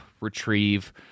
retrieve